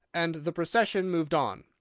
and the procession moved on,